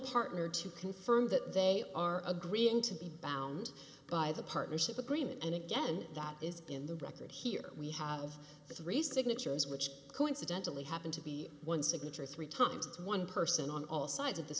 partner to confirm that they are agreeing to be bound by the partnership agreement and again that is in the record here we have three signatures which coincidentally happened to be one signature three times one person on all sides of th